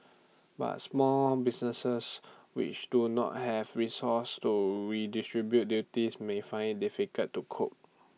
but small businesses which do not have resources to redistribute duties may find IT difficult to cope